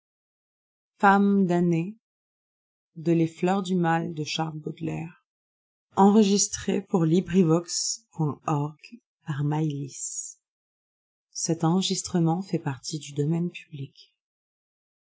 celle des fleurs du mal le